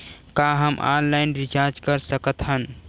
का हम online recharge कर सकत हन?